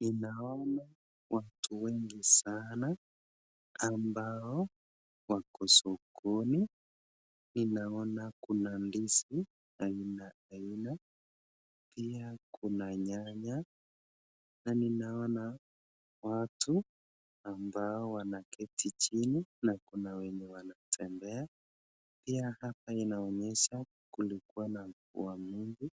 Ninaona watu wengi sana ambao wako sokoni . Ninaona Kuna ndizi aina za aina . Kuna nyanya na ninaona watu ambao wanaketi chini na wengine wanatembea na pia inaonesha kulikuwa na wanunuzi